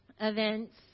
events